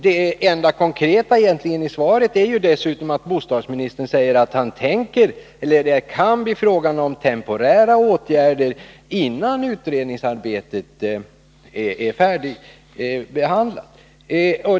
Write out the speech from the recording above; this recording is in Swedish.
Det enda konkreta i svaret är ju dessutom att bostadsministern säger att det kan bli fråga om temporära åtgärder innan utredningsarbetet är färdigt.